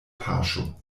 paŝo